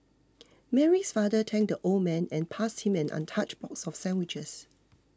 Mary's father thanked the old man and passed him an untouched box of sandwiches